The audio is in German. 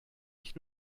ich